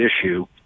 issue